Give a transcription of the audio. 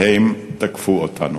והם תקפו אותנו.